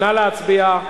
נא להצביע.